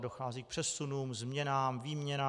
Dochází k přesunům, změnám, výměnám.